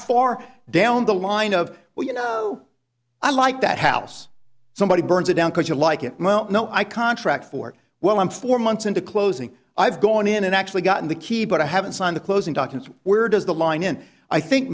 far down the line of well you know i like that house somebody burns it down because you like it well no i contract for well i'm four months into closing i've gone in and actually gotten the key but i haven't signed the closing docket where does the line in i think